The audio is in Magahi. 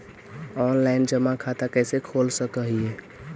ऑनलाइन जमा खाता कैसे खोल सक हिय?